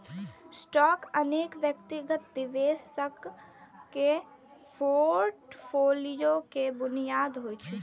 stock अनेक व्यक्तिगत निवेशक के फोर्टफोलियो के बुनियाद होइ छै